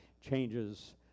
changes